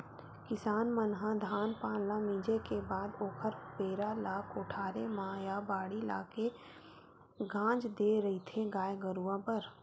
किसान मन ह धान पान ल मिंजे के बाद ओखर पेरा ल कोठारे म या बाड़ी लाके के गांज देय रहिथे गाय गरुवा बर